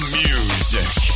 music